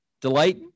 delight